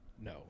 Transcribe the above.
No